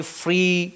free